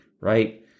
right